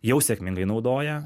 jau sėkmingai naudoja